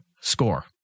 score